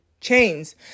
chains